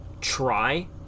try